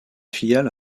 filiale